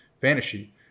fantasy